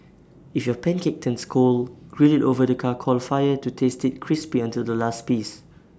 if your pancake turns cold grill IT over the charcoal fire to taste IT crispy until the last piece